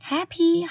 Happy